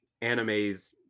anime's